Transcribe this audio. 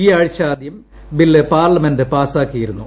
ഈ ആഴ്ച ആദ്യം ബില്ല് പാർലമെന്റ് പാസാക്കിയിരുന്നു